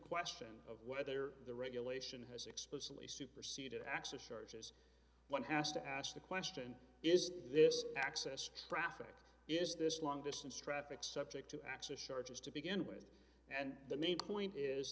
question of whether the regulation has explicitly superseded access charges one has to ask the question is this access traffic is this long distance traffic subject to access charges to begin with and the main point is